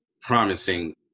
promising